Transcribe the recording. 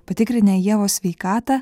patikrinę ievos sveikatą